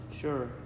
Sure